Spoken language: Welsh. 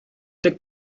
deg